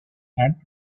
and